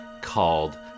called